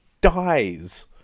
dies